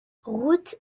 route